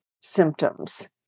symptoms